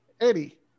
eddie